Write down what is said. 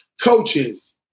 coaches